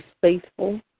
faithful